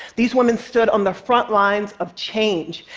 these women stood on the front lines of change,